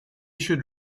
should